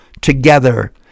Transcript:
together